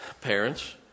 Parents